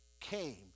came